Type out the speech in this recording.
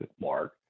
Mark